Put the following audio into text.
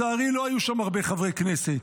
לצערי, לא היו שם הרבה חברי הכנסת.